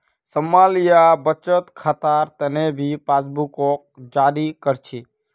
small या बचत खातार तने भी पासबुकक जारी कर छे